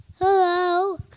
Hello